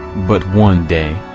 but one day,